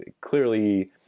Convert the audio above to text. clearly